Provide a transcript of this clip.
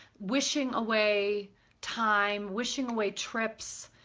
wishing away time, wishing away trips,